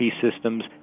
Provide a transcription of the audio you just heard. systems